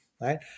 right